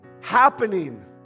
happening